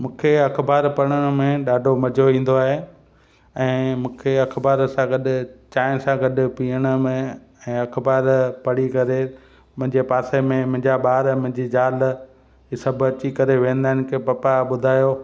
मूंखे अख़बार पढ़ण में ॾाढो मज़ो ईंदो आहे ऐं मूंखे अख़बार सां गॾु चांहि सां गॾु पीअण में ऐं अख़बार पढ़ी करे मुंहिंजे पासे में मुंहिंजा ॿार मुंहिंजी ज़ाल हीउ सभु अची करे विहंदा आहिनि की पापा ॿुधायो